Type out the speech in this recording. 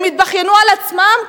הם התבכיינו על עצמם,